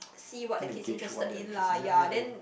see what the kid is interested in lah ya then